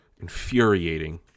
Infuriating